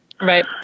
Right